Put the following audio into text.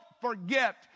forget